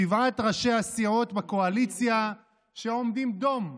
שבעת ראשי הסיעות בקואליציה שעומדים דום,